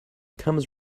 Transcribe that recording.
comes